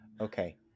okay